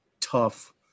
tough